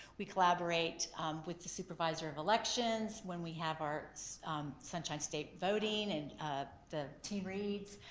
we collaborate with the supervisor of elections when we have our sunshine state voting and ah the teen reads.